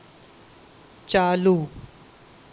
ચાલુ